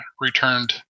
returned